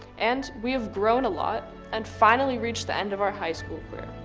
and we have grown a lot and finally reached the end of our high school career.